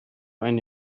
eine